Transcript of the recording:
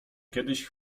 kiedyś